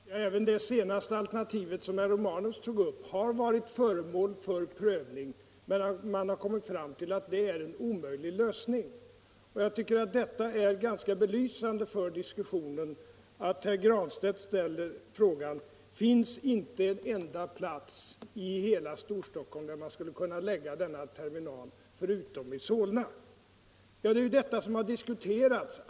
Herr talman! Även det senaste alternativet, som herr Romanus tog upp, har varit föremål för prövning. Men man har kommit fram till att det är en omöjlig lösning. Jag tycker det är ganska belysande för diskussionen att herr Granstedt ställer frågan: Finns det inte en enda plats i hela Storstockholm där man skulle kunna lägga denna terminal förutom i Solna? Ja, det är ju detta som har diskuterats.